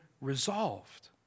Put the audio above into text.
resolved